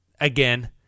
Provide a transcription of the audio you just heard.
again